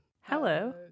Hello